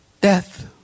death